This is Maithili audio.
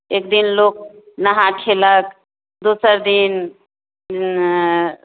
एक दिन लोक नहा खयलक दोसर दिन